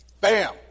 Bam